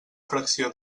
fracció